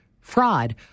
fraud